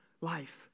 life